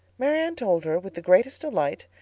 marianne told her, with the greatest delight,